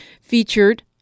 featured